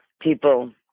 people